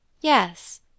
Yes